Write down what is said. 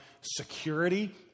security